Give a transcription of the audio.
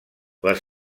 les